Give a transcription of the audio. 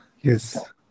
yes